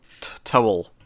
towel